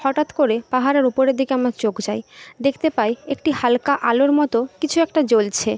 হঠাৎ করে পাহাড়ের উপরের দিকে আমার চোখ যায় দেখতে পাই একটি হালকা আলোর মতো কিছু একটা জ্বলছে